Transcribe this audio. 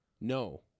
No